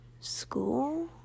school